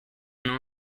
non